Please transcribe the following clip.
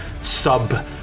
sub